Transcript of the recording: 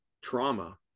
trauma